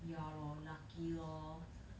ya lor lucky lor